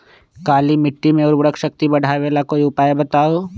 काली मिट्टी में उर्वरक शक्ति बढ़ावे ला कोई उपाय बताउ?